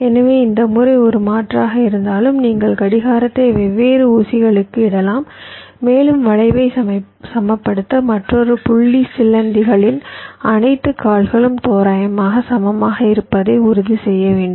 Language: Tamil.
எனவே இந்த முறை ஒரு மாற்றாக இருந்தாலும் நீங்கள் கடிகாரத்தை வெவ்வேறு ஊசிகளுக்கு இடலாம் மேலும் வளைவை சமப்படுத்த மற்றொரு புள்ளி சிலந்திகளின் அனைத்து கால்களும் தோராயமாக சமமாக இருப்பதை உறுதி செய்ய வேண்டும்